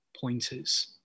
pointers